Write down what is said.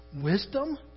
wisdom